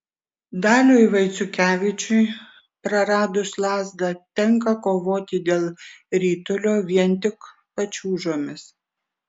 daliui vaiciukevičiui praradus lazdą tenka kovoti dėl ritulio vien tik pačiūžomis